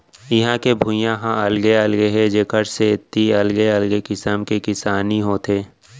इहां के भुइंया ह अलगे अलगे हे जेखर सेती अलगे अलगे किसम के किसानी होथे